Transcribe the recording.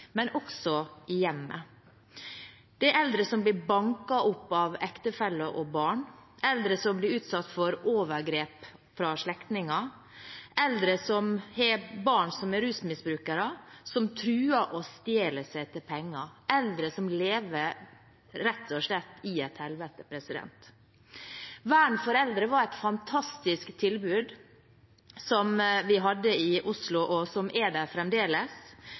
men eldre snakker vi altfor lite om. I min tid som byråd i Oslo fikk jeg kjennskap til mange rystende historier, om det som skjedde både i sykehjem, i hjemmetjeneste og også i hjem. Det er eldre som blir banket opp av ektefeller og barn, eldre som blir utsatt for overgrep fra slektninger, eldre som har barn som er rusmisbrukere, og som truer seg til og stjeler penger – eldre som rett og slett